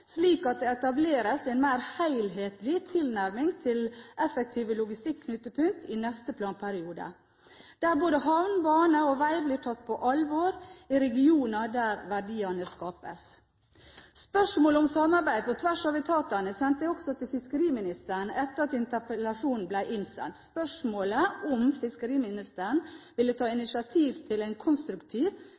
slik at det etableres en mer helhetlig tilnærming til effektive logistikknutepunkter i neste planperiode, der både havn, bane og vei blir tatt på alvor i regioner der verdiene skapes. Spørsmål om samarbeid på tvers av etatene sendte jeg også til fiskeri- og kystministeren, etter at interpellasjonen ble meldt inn – om hun ville ta initiativ til en konstruktiv